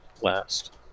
Last